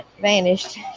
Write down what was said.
vanished